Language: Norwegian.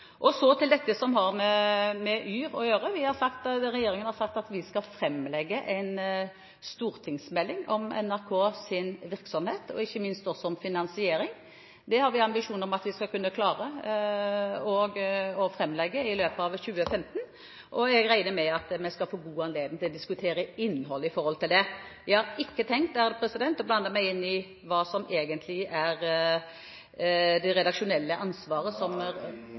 Så til dette som har med yr.no å gjøre: Vi i regjeringen har sagt at vi skal framlegge en stortingsmelding om NRKs virksomhet, og ikke minst om finansiering. Det har vi ambisjoner om at vi skal kunne klare å framlegge i løpet av 2015. Jeg regner med at vi skal få god anledning til å diskutere innholdet i det. Jeg har ikke tenkt å blande meg inn i hva som egentlig er det redaksjonelle ansvaret per i dag, men … Tiden er